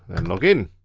and log in.